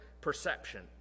perception